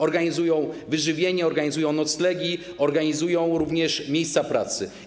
Organizują wyżywienie, organizują noclegi, organizują również miejsca pracy.